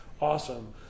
Awesome